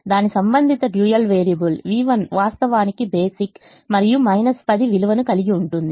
దాని సంబంధిత dual variable v1 వాస్తవానికి బేసిక్ మరియు 10 విలువను కలిగి ఉంటుంది